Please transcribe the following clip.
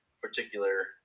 particular